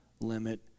limit